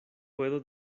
puedo